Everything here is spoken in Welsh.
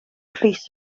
pris